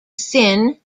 thin